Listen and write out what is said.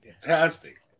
Fantastic